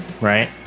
Right